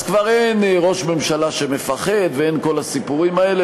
אז כבר אין ראש ממשלה שמפחד ואין את כל הסיפורים האלה.